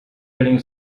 getting